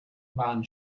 waren